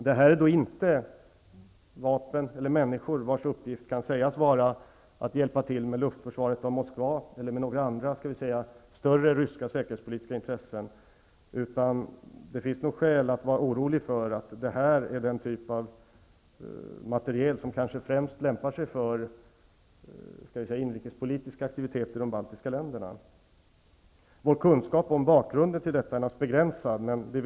Det här är då inte vapen eller människor vars uppgift kan sägas vara att hjälpa till med luftförsvaret av Moskva eller för att skydda andra större ryska säkerhetspolitiska intressen. Det finns nog skäl att vara orolig för att det är den typ av materiel som främst lämpar sig för skall vi säga inrikespolitiska aktiviteter i de baltiska länderna. Vår kunskap om bakgrunden till detta är naturligtvis begränsad.